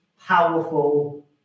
powerful